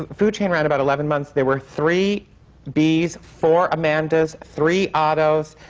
food chain ran about eleven months. there were three beas, four amandas, three ottos,